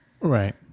Right